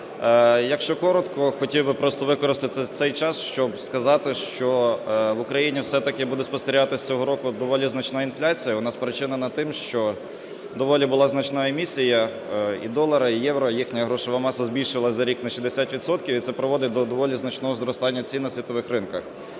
Якщо коротко, хотів би просто використати цей час, щоб сказати, що в Україні буде спостерігатися цього року доволі значна інфляція. Вона спричинена тим, що доволі була значна емісія і долара, і євро, їхня грошова маса збільшилася за рік на 60 відсотків, і це призводить до доволі значного зростання цін на світових ринках.